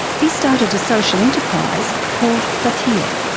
he started a social enterprise called batyr.